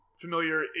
familiar